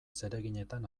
zereginetan